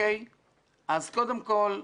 קודם כל,